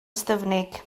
ystyfnig